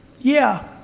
yeah.